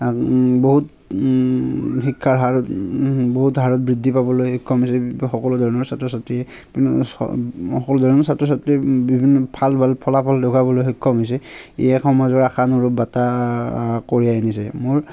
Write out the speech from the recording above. বহুত শিক্ষাৰ হাৰ বহুত হাৰত বৃদ্ধি পাবলৈ সক্ষম হৈছে সকলো ধৰণৰ ছাত্ৰ ছাত্ৰী বিভিন্ন চব সকলো ধৰণৰ ছাত্ৰ ছাত্ৰী বিভিন্ন ভাল ভাল ফলাফল দেখুৱাবলৈ সক্ষম হৈছে ই এক সমাজৰ আশানুৰূপ বাৰ্তা কঢ়িয়াই আনিছে মোৰ